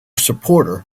supporter